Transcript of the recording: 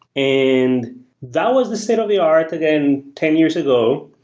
and that was the state of the art, again, ten years ago,